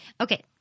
Okay